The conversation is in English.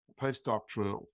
Postdoctoral